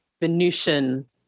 Venusian